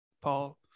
Paul